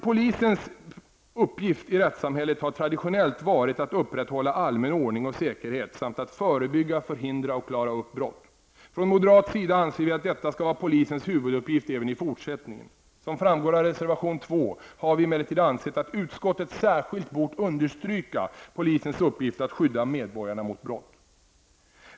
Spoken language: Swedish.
Polisens uppgift i rättssamhället har traditionellt varit att upprätthålla allmän ordning och säkerhet samt att förebygga, förhindra och klara upp brott. Från moderat sida anser vi att detta skall vara polisens huvuduppgift även i fortsättningen. Som framgår av reservation 2 har vi emellertid ansett att utskottet särskilt bort understryka polisens uppgift att skydda medborgarna mot brott.